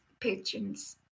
pigeons